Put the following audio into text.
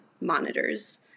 monitors